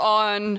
on